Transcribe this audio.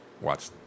watch